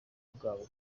bwabo